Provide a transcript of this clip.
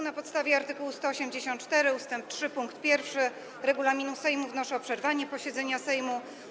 Na podstawie art. 184 ust. 3 pkt 1 regulaminu Sejmu wnoszę o przerwanie posiedzenia Sejmu.